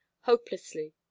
hopelessly